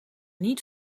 niet